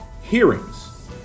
Hearings